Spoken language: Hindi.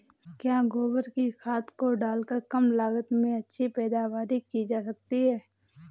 क्या गोबर की खाद को डालकर कम लागत में अच्छी पैदावारी की जा सकती है?